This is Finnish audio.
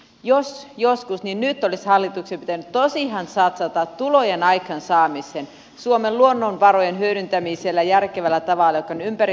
jos joskus niin nyt olisi hallituksen pitänyt tosissaan satsata tulojen aikaansaamiseen hyödyntämällä järkevällä tavalla suomen luonnonvaroja jotka ovat ympäri suomea